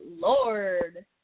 Lord